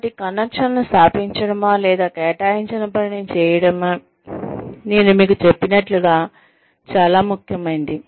కాబట్టి కనెక్షన్లను స్థాపించడమా లేదా కేటాయించిన పనిని చేయడమే నేను మీకు చెప్పినట్లుగా చాలా ముఖ్యమైనది